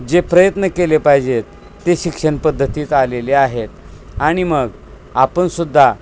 जे प्रयत्न केले पाहिजेत ते शिक्षण पद्धतीत आलेले आहेत आणि मग आपणसुद्धा